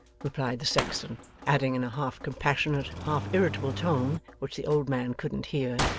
replied the sexton adding in a half compassionate, half irritable tone, which the old man couldn't hear,